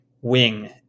wing